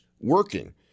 working